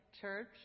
church